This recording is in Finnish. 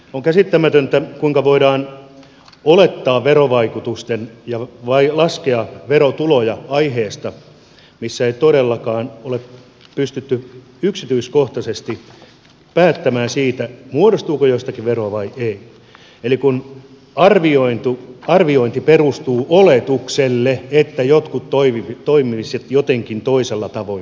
on käsittämätöntä kuinka voidaan laskea verotuloja aiheesta missä ei todellakaan ole pystytty yksityiskohtaisesti päättämään siitä muodostuuko jostakin veroa vai ei eli kun arviointi perustuu oletukselle että jotkut toimisivat jotenkin toisella tavoin kuin nyt